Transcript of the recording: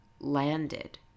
landed